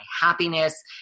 happiness